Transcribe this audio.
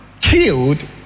killed